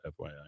FYI